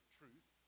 truth